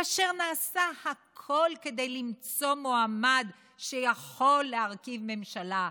כאשר נעשה הכול כדי למצוא מועמד שיכול להרכיב ממשלה,